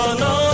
no